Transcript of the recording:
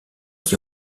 qui